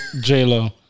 J-Lo